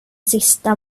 sista